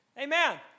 Amen